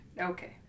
Okay